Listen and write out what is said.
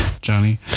Johnny